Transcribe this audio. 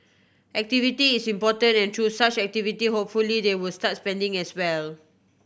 activity is important and through such activity hopefully they will start spending as well